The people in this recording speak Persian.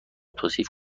توصیف